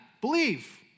believe